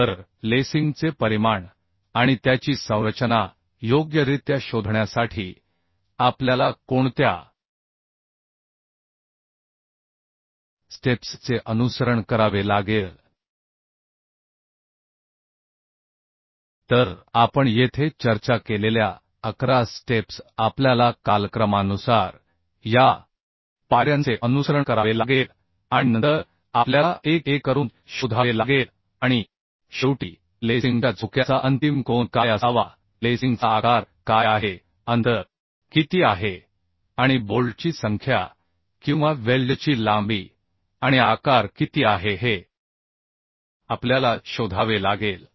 तर लेसिंगचे परिमाण आणि त्याची संरचना योग्यरित्या शोधण्यासाठी आपल्याला कोणत्या स्टेप्स चे अनुसरण करावे लागेल तर आपण येथे चर्चा केलेल्या 11 स्टेप्स आपल्याला कालक्रमानुसार या पायऱ्यांचे अनुसरण करावे लागेल आणि नंतर आपल्याला एक एक करून शोधावे लागेल आणि शेवटी लेसिंगच्या झोक्याचा अंतिम कोन काय असावा लेसिंगचा आकार काय आहे अंतर किती आहे आणि बोल्टची संख्या किंवा वेल्डची लांबी आणि आकार किती आहे हे आपल्याला शोधावे लागेल